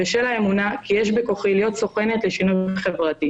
בשל האמונה כי יש בכוחי להיות סוכנת לשינוי חברתי,